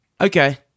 Okay